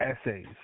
essays